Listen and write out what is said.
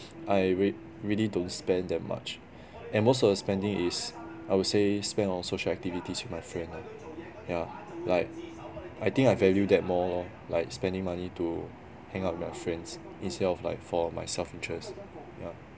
I rea~ really don't spend that much and most of the spending is I would say spend on social activities with my friend lah yeah like I think I value that more lor like spending money to hang out with my friends instead of like for my self interest yeah